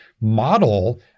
model